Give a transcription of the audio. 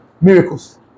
miracles